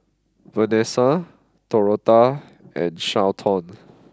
Venessa Dorotha and Carleton